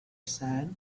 said